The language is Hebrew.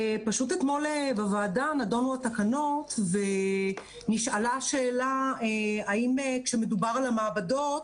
אתמול בוועדה נדונו התקנות ונשאלה השאלה: האם כשמדובר על המעבדות,